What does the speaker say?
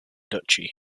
duchy